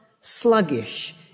sluggish